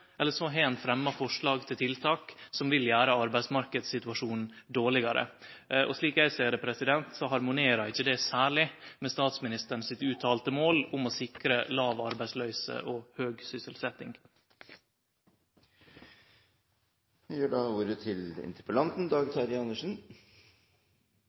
eller så har ein fremja forslag til tiltak som vil gjere arbeidsmarknadssituasjonen dårlegare. Slik eg ser det, harmonerer ikkje det særleg med statsministeren sitt uttalte mål om å sikre låg arbeidsløyse og høg